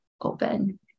open